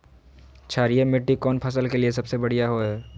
क्षारीय मिट्टी कौन फसल के लिए सबसे बढ़िया रहो हय?